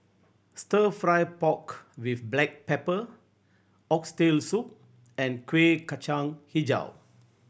Stir Fry pork with black pepper Oxtail Soup and Kueh Kacang Hijau